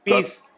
Peace